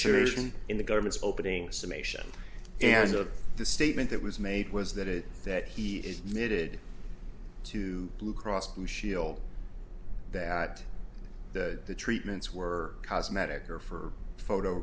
syrian in the government's opening summation and of the statement that was made was that it that he is needed to blue cross blue shield that the treatments were cosmetic or for photo